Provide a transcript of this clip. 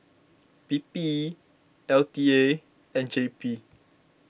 P P L T A and J P